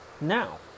Now